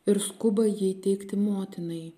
ir skuba jį įteikti motinai